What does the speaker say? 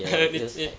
ya